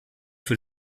für